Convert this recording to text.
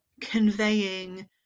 conveying